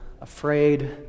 afraid